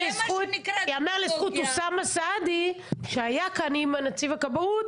ייאמר לזכות אוסאמה סעדי שהיה כאן עם נציג הכבאות,